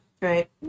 Right